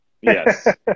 Yes